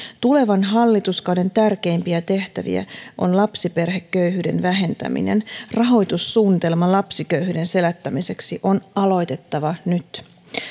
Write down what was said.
tulevan hallituskauden tärkeimpiä tehtäviä on lapsiperheköyhyyden vähentäminen rahoitussuunnitelma lapsiköyhyyden selättämiseksi on aloitettava nyt